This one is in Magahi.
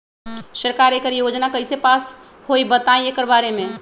सरकार एकड़ योजना कईसे पास होई बताई एकर बारे मे?